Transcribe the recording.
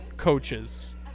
coaches